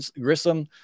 Grissom